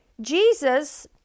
Jesus